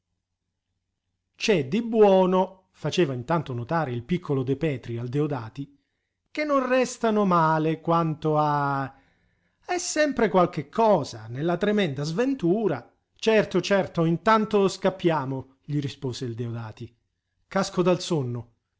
c'è di buono faceva intanto notare il piccolo de petri al deodati che non restano male quanto a è sempre qualche cosa nella tremenda sventura certo certo intanto scappiamo gli rispose il deodati casco dal sonno